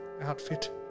outfit